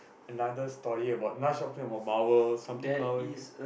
another story about another story about Marvels something about Marvel okay